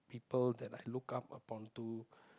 people that I look up upon to